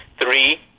three